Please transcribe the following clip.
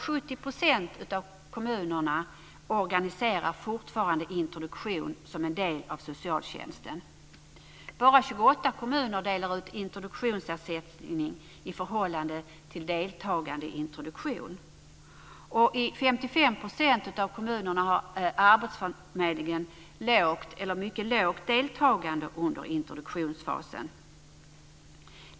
70 % av kommunerna organiserar fortfarande introduktionen som en del av socialtjänsten. Bara 28 kommuner betalar ut introduktionsersättning i förhållande till deltagande i introduktion. I 55 % av kommunerna har arbetsförmedlingen lågt eller mycket lågt deltagande under introduktionsfasen.